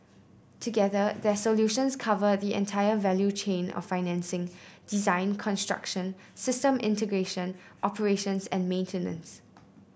together their solutions cover the entire value chain of financing design construction system integration operations and maintenance